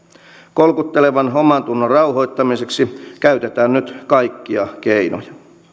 kolkuttelevan omantunnon rauhoittamiseksi käytetään nyt kaikkia keinoja